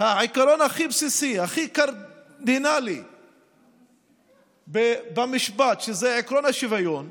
הכי קרדינלי במשפט, שזה עקרון השוויון,